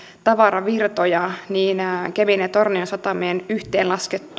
tavaravirtoja niin kemin ja tornion satamien yhteenlasketut